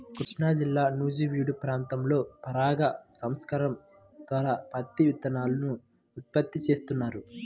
కృష్ణాజిల్లా నూజివీడు ప్రాంతంలో పరాగ సంపర్కం ద్వారా పత్తి విత్తనాలను ఉత్పత్తి చేస్తున్నారు